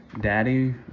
Daddy